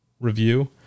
review